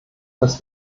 dass